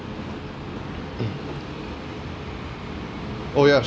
oh ya su~